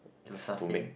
to sustain